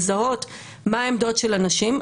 לזהות מה העמדות של אנשים,